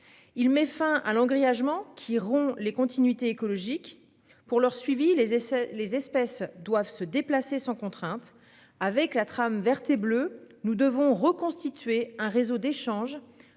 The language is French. Il met fin à l'grièvement qui rompt les continuités écologiques pour leur suivi les essais, les espèces doivent se déplacer sans contrainte avec la trame verte et bleue. Nous devons reconstituer un réseau d'échange